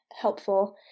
helpful